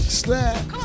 slap